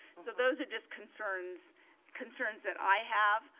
so those are just concerns concerns that i have.